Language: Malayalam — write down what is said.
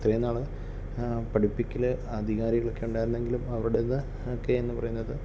ഇത്രയും നാൾ പഠിപ്പിക്കൽ അധികാരികളൊക്കെ ഉണ്ടായിരുന്നെങ്കിലും അവിടെ നിന്ന് ഒക്കെ എന്ന് പറയുന്നത്